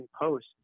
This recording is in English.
post